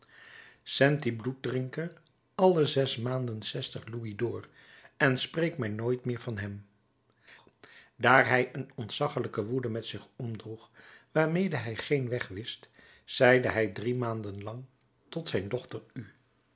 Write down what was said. zend dien bloeddrinker alle zes maanden zestig louisd'ors en spreek mij nooit meer van hem daar hij een ontzaggelijke woede met zich omdroeg waarmede hij geen weg wist zeide hij drie maanden lang tot zijn dochter u